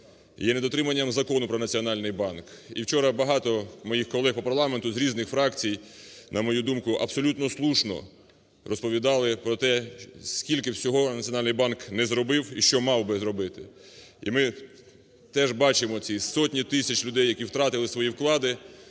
є недотриманням Закону "Про Національний банк". І вчора багато моїх колег по парламенту з різних фракцій, на мою думку, абсолютно слушно розповідали про те, скільки всього Національний банк не зробив і що мав би зробити. І ми теж бачимо ці сотні тисяч людей, які втратили свої вклади,